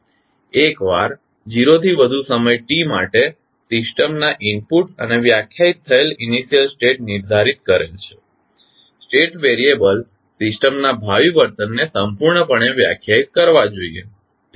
એકવાર 0 થી વધુ સમય t માટે સિસ્ટમના ઇનપુટ અને વ્યાખ્યાયિત થયેલ ઇનિશિયલ સ્ટેટ નિર્ધારિત કરેલ છે સ્ટેટ વેરીયબલ સિસ્ટમના ભાવિ વર્તનને સંપૂર્ણપણે વ્યાખ્યાયિત કરવા જોઈએ